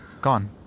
gone